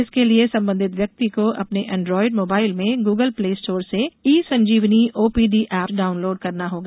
इसके लिए संबंधित व्यक्ति को अपने एंड्रायड मोबाईल में गूगल प्ले स्टोर से e Sanjeevani OPD app download करना होगा